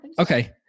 okay